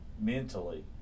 mentally